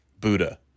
Buddha